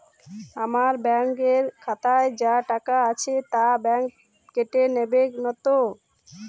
আমার ব্যাঙ্ক এর খাতায় যা টাকা আছে তা বাংক কেটে নেবে নাতো?